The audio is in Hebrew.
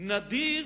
נדיר